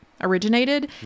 originated